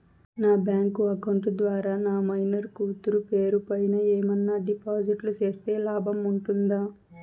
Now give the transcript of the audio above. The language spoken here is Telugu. నా బ్యాంకు అకౌంట్ ద్వారా నా మైనర్ కూతురు పేరు పైన ఏమన్నా డిపాజిట్లు సేస్తే లాభం ఉంటుందా?